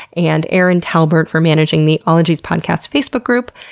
and erin talbert for managing the ologies podcast facebook group.